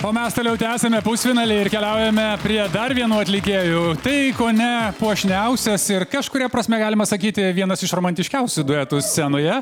o mes toliau tęsiame pusfinalį ir keliaujame prie dar vienų atlikėjų tai kone puošniausias ir kažkuria prasme galima sakyti vienas iš romantiškiausių duetų scenoje